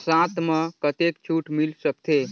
साथ म कतेक छूट मिल सकथे?